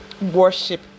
worship